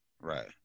Right